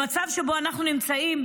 במצב שבו אנחנו נמצאים,